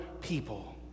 people